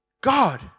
God